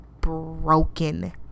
broken